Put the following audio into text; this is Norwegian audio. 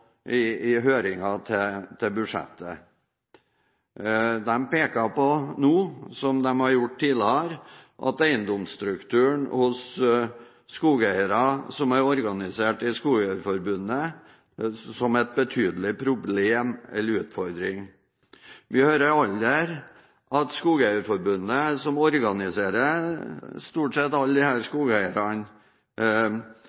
NORSKOGs innspill i høringen til budsjettet. De peker på nå – som de har gjort tidligere – at eiendomsstrukturen hos skogeiere som er organisert i Skogeierforbundet, er et betydelig problem eller utfordring. Vi hører aldri at Skogeierforbundet, som organiserer stort sett alle skogeiere, uttale seg på den måten, naturlig nok. Langt de